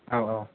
औ औ